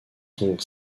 sont